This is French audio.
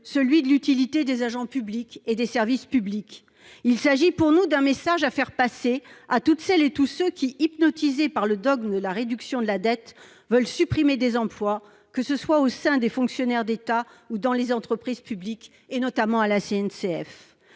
celui de l'utilité des agents publics et des services publics. Il faut transmettre le message à tous ceux qui, hypnotisés par le dogme de la réduction de la dette, veulent supprimer des emplois, que ce soit parmi les fonctionnaires de l'État ou dans les entreprises publiques, notamment à la SNCF.